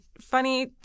funny